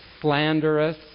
slanderous